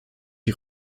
die